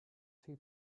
two